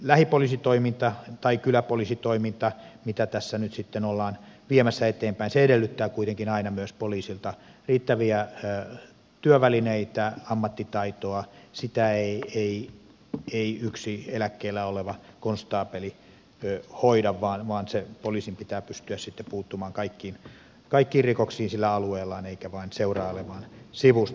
lähipoliisitoiminta tai kyläpoliisitoiminta mitä tässä nyt sitten ollaan viemässä eteenpäin edellyttää kuitenkin aina myös poliisilta riittäviä työvälineitä ammattitaitoa sitä ei yksi eläkkeellä oleva konstaapeli hoida vaan poliisin pitää pystyä sitten puuttumaan kaikkiin rikoksiin sillä alueellaan eikä vain seurailemaan sivusta